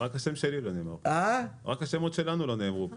רק השמות שלנו לא נאמרו פה.